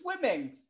Swimming